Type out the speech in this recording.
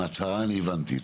את ההצהרה הבנתי.